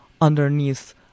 underneath